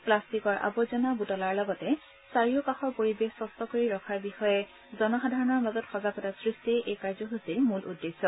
প্লাষ্টিকৰ আৱৰ্জনা বুটলাৰ লগতে চাৰিও কাষৰ পৰিৱেশ স্বছ্ছ কৰি ৰখাৰ বিষয়ে জনসাধাৰণৰ মাজত সজাগতা সৃষ্টিয়েই এই কাৰ্যসূচীৰ মূল উদ্দেশ্য